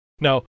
Now